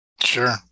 Sure